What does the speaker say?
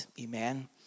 Amen